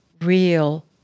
real